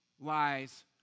lies